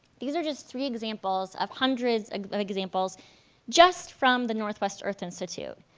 these are just three examples of hundreds ah of examples just from the northwest earth institute.